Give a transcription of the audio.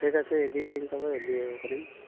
ᱴᱷᱤᱠ ᱟᱪᱷᱮ ᱤᱫᱤ ᱮᱫᱟᱹᱧ ᱛᱚᱵᱮ ᱤᱫᱤᱭᱟᱹᱠᱚ ᱠᱟᱹᱱᱟᱹᱧ